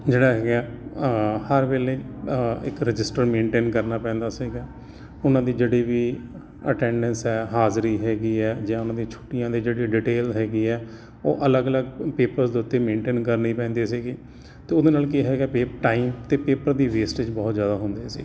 ਜਿਹੜਾ ਹੈਗੇ ਆ ਹਰ ਵੇਲੇ ਇੱਕ ਰਜਿਸਟਰ ਮੇਨਟੇਨ ਕਰਨਾ ਪੈਂਦਾ ਸੀਗਾ ਉਹਨਾਂ ਦੀ ਜਿਹੜੀ ਵੀ ਅਟੈਂਡੈਂਸ ਹੈ ਹਾਜ਼ਰੀ ਹੈਗੀ ਹੈ ਜਾਂ ਉਹਨਾਂ ਦੀ ਛੁੱਟੀਆਂ ਦੇ ਜਿਹੜੇ ਡਿਟੇਲ ਹੈਗੀ ਹੈ ਉਹ ਅਲੱਗ ਅਲੱਗ ਪੇਪਰਜ ਦੇ ਉੱਤੇ ਮੈਨਟੇਨ ਕਰਨੀ ਪੈਂਦੀ ਸੀਗੀ ਅਤੇ ਉਹਦੇ ਨਾਲ ਕੀ ਹੈਗਾ ਪੇ ਟਾਈਮ ਅਤੇ ਪੇਪਰ ਦੀ ਵੇਸਟੇਜ ਬਹੁਤ ਜ਼ਿਆਦਾ ਹੁੰਦੀ ਸੀ